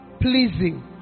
pleasing